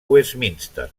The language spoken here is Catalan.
westminster